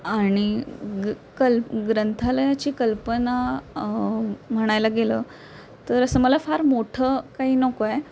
आणि कल्प ग्रंथालयाची कल्पना म्हणायला गेलं तर असं मला फार मोठं काही नकोय